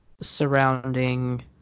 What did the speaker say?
surrounding